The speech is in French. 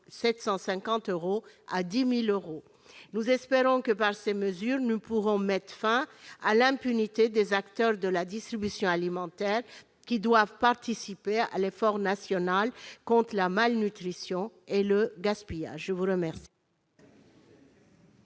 750 euros à 10 000 euros. Nous espérons que ces mesures permettront de mettre fin à l'impunité des acteurs de la distribution alimentaire, qui doivent participer à l'effort national contre la malnutrition et le gaspillage. Quel